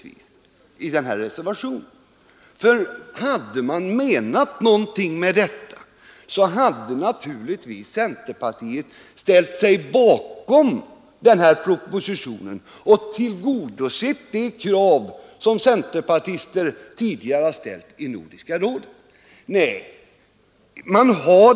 Men om centern hade menat något med det, så hade man väl ställt sig bakom propositionen och tillgodosett de krav som centerpartister tidigare har ställt i Nordiska rådet. Men nej.